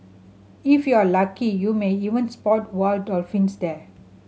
if you are lucky you may even spot wild dolphins there